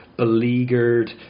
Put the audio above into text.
Beleaguered